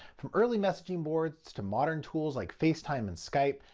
from early messaging boards to modern tools like facetime and skype,